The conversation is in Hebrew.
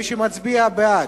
מי שמצביע בעד,